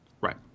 Right